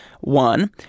one